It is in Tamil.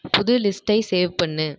புது லிஸ்ட்டை சேவ் பண்ணு